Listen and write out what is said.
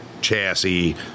chassis